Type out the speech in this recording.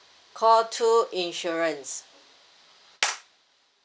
call two insurance